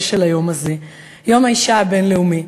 של היום הזה: יום האישה הבין-לאומי,